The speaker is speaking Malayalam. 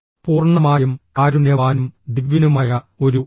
പൂർണ്ണമായും കാരുണ്യവാനും ദിവ്യനുമായ ഒരു വ്യക്തി